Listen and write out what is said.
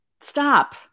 Stop